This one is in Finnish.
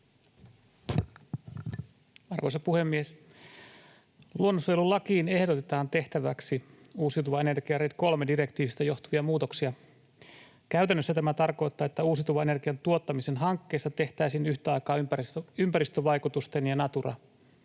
Arvoisa puhemies! Luonnonsuojelulakiin ehdotetaan tehtäväksi uusiutuvan energian RED III -direktiivistä johtuvia muutoksia. Käytännössä tämä tarkoittaa, että uusiutuvan energian tuottamisen hankkeissa tehtäisiin yhtä aikaa ympäristövaikutusten ja